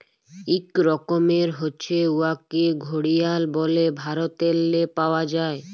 ইক রকমের হছে উয়াকে ঘড়িয়াল ব্যলে ভারতেল্লে পাউয়া যায়